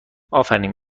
آفرین